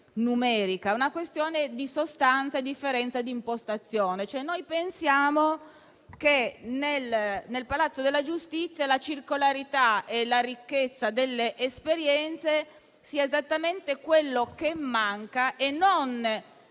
numerica, ma di sostanza e differenza di impostazione. Noi pensiamo, infatti, che nel palazzo della giustizia la circolarità e la ricchezza delle esperienze siano esattamente ciò che manca: non